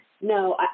no